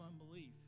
unbelief